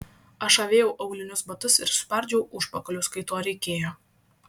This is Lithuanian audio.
aš avėjau aulinius batus ir spardžiau užpakalius kai to reikėjo